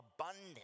abundant